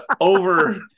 over